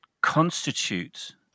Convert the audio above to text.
constitute